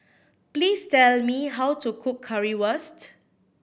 please tell me how to cook Currywurst